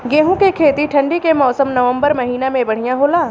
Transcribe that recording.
गेहूँ के खेती ठंण्डी के मौसम नवम्बर महीना में बढ़ियां होला?